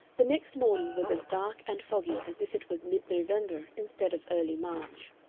the next morning was as dark and foggy as if it was mid-november instead of early march.